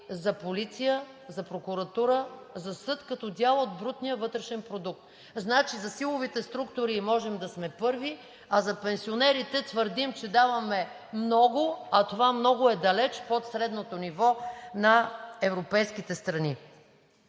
за полиция, за прокуратура, за съд като дял от брутния вътрешен продукт. Значи за силовите структури може да сме първи, а за пенсионерите твърдим, че даваме много, а това „много“ е далече под средното ниво на европейските страни.